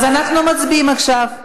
אז אנחנו מצביעים עכשיו.